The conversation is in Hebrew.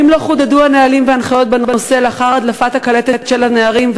2. האם לא חודדו הנהלים וההנחיות בנושא לאחר הדלפת הקלטת של הנערים?